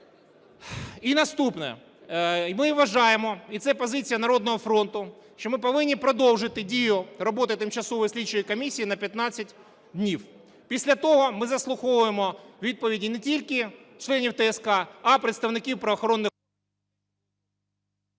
І наступне. Ми вважаємо - і це позиція "Народного фронту", - що ми повинні продовжити дію роботи тимчасової слідчої комісії на 15 днів. Після того ми заслуховуємо відповіді не тільки членів ТСК, а й представників правоохоронних…